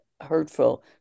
hurtful